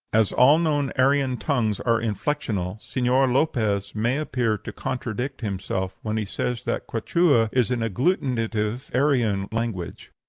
as all known aryan tongues are inflexional, senor lopez may appear to contradict himself when he says that quichua is an agglutinative aryan language.